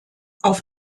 auf